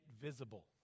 visible